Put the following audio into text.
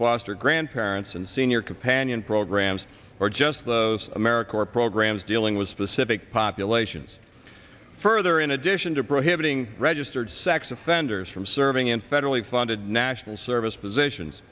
foster grandparents and senior companion programs or just those america or programs dealing with specific populations further in addition to prohibiting registered sex offenders from serving in federally funded national service positions